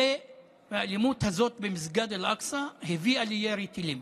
האלימות הזאת במסגד אל-אקצא הביאה לירי טילים.